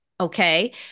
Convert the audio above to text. okay